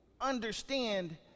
understand